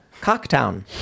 cocktown